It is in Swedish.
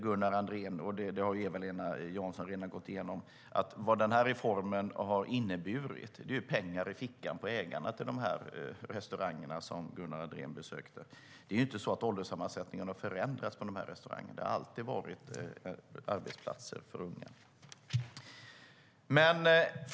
Vad den här reformen har inneburit är pengar i fickan på ägarna till de restauranger Gunnar Andrén besökte, som Eva-Lena Jansson redan gått igenom. Det är inte så att ålderssammansättningen har förändrats på restaurangerna. De har alltid varit arbetsplatser för unga.